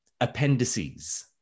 appendices